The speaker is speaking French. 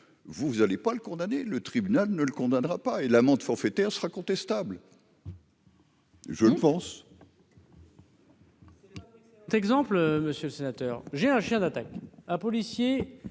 vous allez pas le condamner le tribunal ne le condamnera pas et l'amende forfaitaire sera contestable. Je pense.